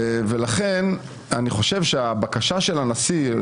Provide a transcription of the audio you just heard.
ולכן אני חושב שהבקשה של הנשיא,